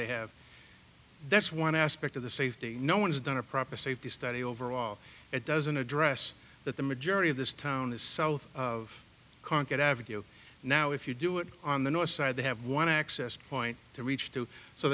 they have that's one aspect of the safety no one has done a proper safety study overall it doesn't address that the majority of this town is south of cancun avenue now if you do it on the north side they have one access point to reach to so